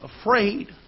afraid